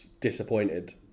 disappointed